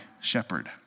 shepherd